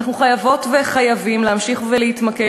אנו חייבות וחייבים להמשיך ולהתמקד